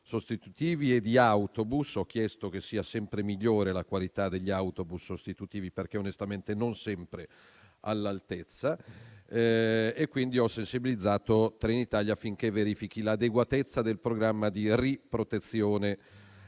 sostitutivi e di autobus. Ho chiesto, inoltre, che si possa sempre migliorare la qualità degli autobus sostitutivi, perché, onestamente, non è sempre all'altezza. Quindi, ho sensibilizzato Trenitalia affinché verifichi l'adeguatezza del programma di riprotezione